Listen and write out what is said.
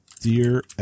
dear